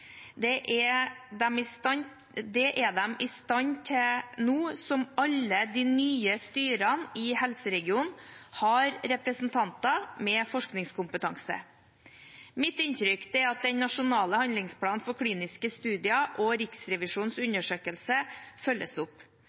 Det er de i stand til, nå som alle de nye styrene i helseregionene har representanter med forskningskompetanse. Mitt inntrykk er at den nasjonale handlingsplanen for kliniske studier og Riksrevisjonens undersøkelse følges opp.